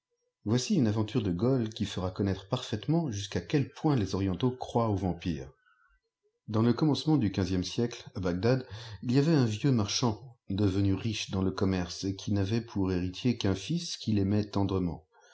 voici une aventure de gholes qui fera connaître parfaitement jusqu'à quel point les orientaux croient aux vampires dans le commencement du quinzième siècle à bagdad il y avait un vieux marchand devenu riche dans le commerce et qui p'avait pour héritier qu'un fils qu'il aimait tendrement